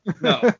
no